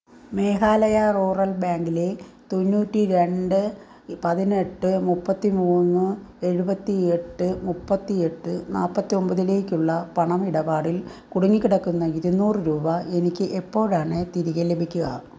Meghalaya rural ബാങ്കിലെ തൊണ്ണൂറ്റി രണ്ട് ഇ പതിനെട്ട് മുപ്പത്തി മൂന്ന് എഴുപത്തി എട്ട് മുപ്പത്തി എട്ട് നാൽപ്പത്തി ഒൻപതിലേക്കുള്ള പണം ഇടപാടിൽ കുടുങ്ങിക്കിടക്കുന്ന ഇരുന്നൂറ് രൂപ എനിക്ക് എപ്പോഴാണ് തിരികെ ലഭിക്കുക